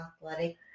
athletic